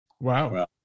Wow